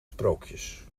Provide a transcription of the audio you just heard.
sprookjes